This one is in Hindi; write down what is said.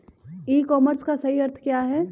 ई कॉमर्स का सही अर्थ क्या है?